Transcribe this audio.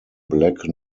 black